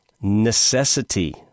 necessity